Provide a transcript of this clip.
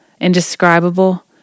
indescribable